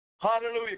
Hallelujah